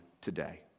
today